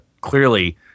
clearly